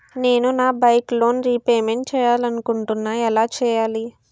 నేను నా bike loan repayment చేయాలనుకుంటున్నా ఎలా చేయాలి?